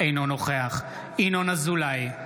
אינו נוכח ינון אזולאי,